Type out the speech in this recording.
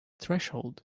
threshold